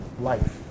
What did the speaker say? life